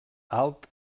alt